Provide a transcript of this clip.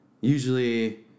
usually